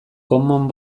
common